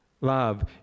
love